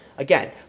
Again